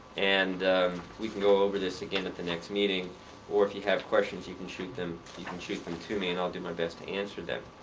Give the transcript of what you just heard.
and we can go over this again at the next meeting or if you have questions, you can shoot them you can shoot them to me and i'll do my best to answer them.